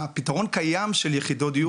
אז מה שאני בעצם אומר זה שהפתרון של יחידות הדיור